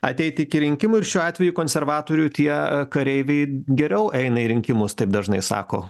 ateit iki rinkimų ir šiuo atveju konservatorių tie kareiviai geriau eina į rinkimus taip dažnai sako